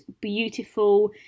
beautiful